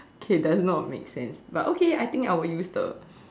okay does not make sense but okay I think I would use the